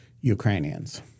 Ukrainians